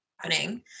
happening